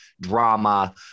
drama